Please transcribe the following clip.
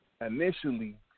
initially